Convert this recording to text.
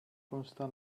constar